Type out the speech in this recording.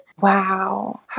Wow